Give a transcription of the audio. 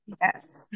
Yes